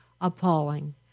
appalling